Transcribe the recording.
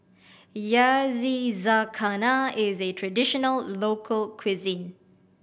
yakizakana is a traditional local cuisine